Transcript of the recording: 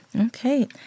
Okay